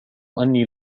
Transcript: أني